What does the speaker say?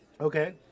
Okay